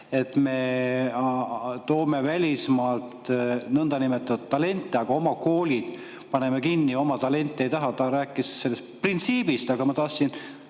et me toome välismaalt niinimetatud talente, aga oma koolid paneme kinni, oma talente ei taha. Ta rääkis sellest printsiibist, aga ma tahtsin